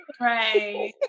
Right